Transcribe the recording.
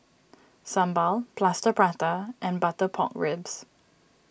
Sambal Plaster Prata and Butter Pork Ribs